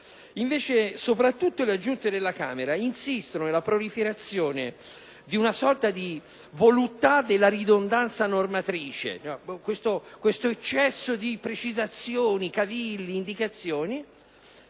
Invece, soprattutto gli inserimenti della Camera insistono nella proliferazione di una sorta di voluttà della ridondanza normatrice, con un eccesso di precisazioni, cavilli e indicazioni